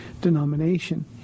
denomination